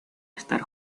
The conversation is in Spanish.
estar